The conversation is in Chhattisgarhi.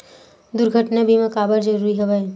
दुर्घटना बीमा काबर जरूरी हवय?